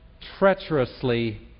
treacherously